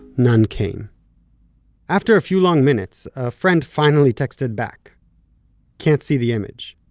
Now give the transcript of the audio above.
none came after a few long minutes a friend finally texted back can't see the image.